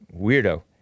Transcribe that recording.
Weirdo